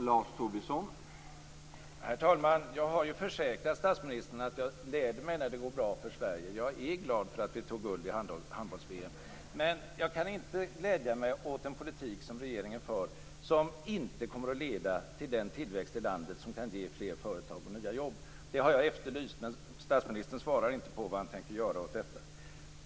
Herr talman! Jag har ju försäkrat statsministern att jag gläder mig när det går bra för Sverige. Jag är glad för att vi tog guld i handbolls-VM. Men jag kan inte glädja mig åt en politik som regeringen för som inte kommer att leda till den tillväxt i landet som kan ge fler företag och nya jobb. Det har jag efterlyst, men statsministern svarar inte på vad han tänker göra åt detta.